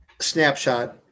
snapshot